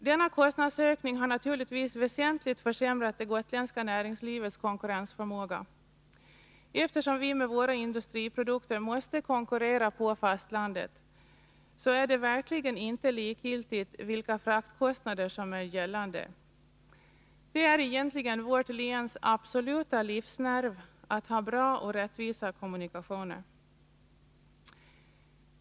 Denna kostnadsökning har naturligtvis väsentligt försämrat det gotländska näringslivets konkurrensförmåga. Eftersom vi med våra industriprodukter måste konkurrera på fastlandet är det verkligen inte likgiltigt vilka fraktkostnader som gäller. Det är egentligen vårt läns absoluta livsnerv att ha bra och rättvisa kommunikationer.